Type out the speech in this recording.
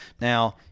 now